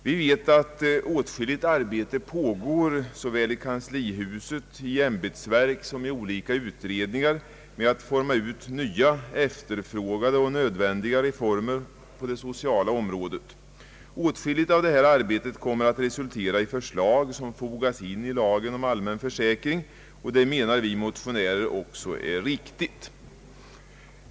Vi vet att åtskilligt arbete pågår såväl i kanslihuset och i ämbetsverk som i olika utredningar med att utforma nya, efterfrågade och nödvändiga reformer på det sociala området. Åtskilligt av detta arbete kommer att resultera i förslag som fogas in i lagen om allmän försäkring. Vi motionärer menar också att detta är riktigt.